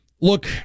look